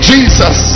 Jesus